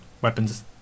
weapons